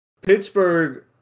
Pittsburgh